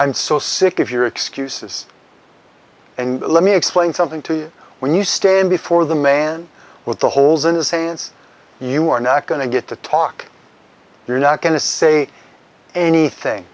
i'm so sick of your excuses and let me explain something to you when you stand before the man with the holes in the saints you are not going to get to talk you're not going to say anything